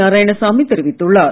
நாராயணசாமி தெரிவித்துள்ளார்